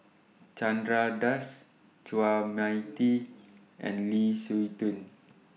Chandra Das Chua Mia Tee and Lu Suitin